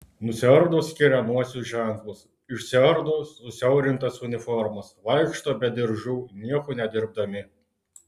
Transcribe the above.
nusiardo skiriamuosius ženklus išsiardo susiaurintas uniformas vaikšto be diržų nieko nedirbdami